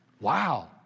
Wow